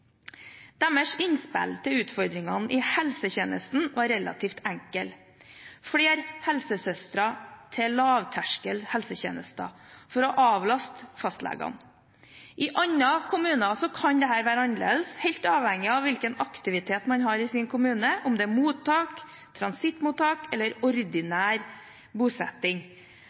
Deres innspill til utfordringene i helsetjenesten var relativt enkel: Flere helsesøstre til lavterskelhelsetjenester for å avlaste fastlegene. I andre kommuner kan dette være annerledes, helt avhengig av hvilken aktivitet man har i sin kommune, om det er mottak, transittmottak eller